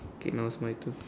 okay now's my turn